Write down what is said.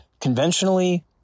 conventionally